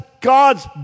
God's